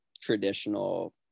traditional